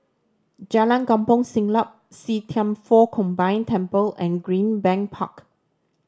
Jalan Kampong Siglap See Thian Foh Combined Temple and Greenbank Park